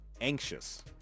anxious